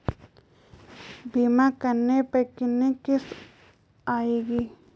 बीमा करने पर कितनी किश्त आएगी?